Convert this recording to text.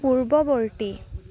পূৰ্ববৰ্তী